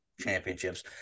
championships